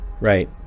right